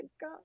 god